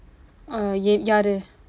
uh யாரு:yaaru